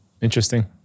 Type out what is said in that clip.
Interesting